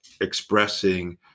expressing